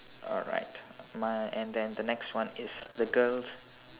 alright my and then the next one is the girls